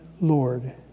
Lord